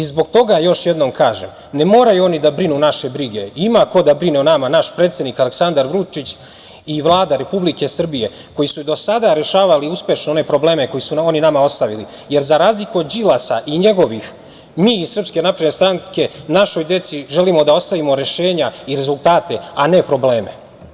Zbog toga još jednom kažem, ne moraju oni da brinu naše brige, ima ko da brine o nama, naš predsednik Aleksandar Vučić i Vlada Republike Srbije koji su do sada rešavali uspešno one probleme koji su oni nama ostavili, jer za razliku od Đilasa i njegovih, mi iz SNS našoj deci želimo da ostavimo rešenja i rezultate, a ne probleme.